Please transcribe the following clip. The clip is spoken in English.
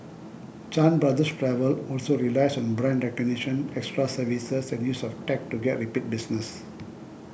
Chan Brothers Travel also relies on brand recognition extra services and use of tech to get repeat business